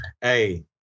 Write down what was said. hey